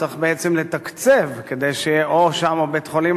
צריך בעצם לתקצב כדי שיהיו שם או בבית-חולים